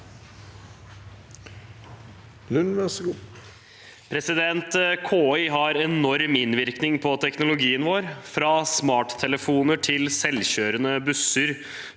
KI har enorm innvirkning på teknologien vår. Fra smarttelefoner til selvkjørende busser,